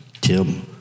Tim